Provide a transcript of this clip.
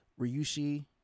Ryushi